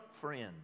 friend